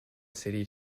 city